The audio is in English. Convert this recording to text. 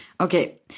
Okay